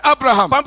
Abraham